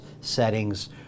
settings